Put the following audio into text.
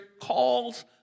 calls